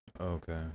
okay